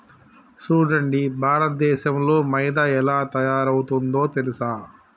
సూడండి భారతదేసంలో మైదా ఎలా తయారవుతుందో తెలుసా